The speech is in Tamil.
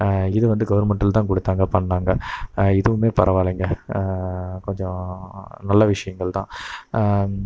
இது வந்து கவர்மெண்ட்டில்தான் கொடுத்தாங்க பண்ணிணாங்க இதுவுமே பரவாயிலங்க கொஞ்சம் நல்ல விஷயங்கள்தான்